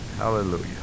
Hallelujah